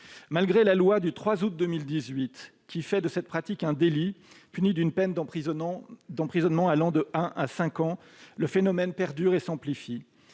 Malgré la loi du 3 août 2018, qui fait de cette pratique un délit puni d'une peine d'emprisonnement allant de un à cinq ans, le phénomène perdure et s'amplifie.